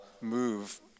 move